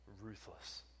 ruthless